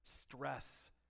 Stress